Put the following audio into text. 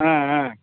ஆ ஆ